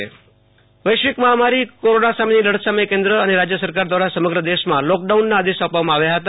આશુતોષ અંતાણી વીજબિલ માફી પરિપત્ર વૈશ્વિક મહામારી કોરોના સામેની લડત માટે કેન્દ્ર અને રાજ્ય સરકાર દ્વારા સમગ્ર દેશમાં લોકડાઉનના આદેશ આપવામાં આવ્યા હતા